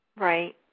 Right